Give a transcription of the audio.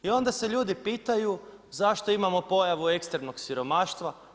I onda se ljudi pitanju zašto imamo pojavu ekstremnog siromaštva?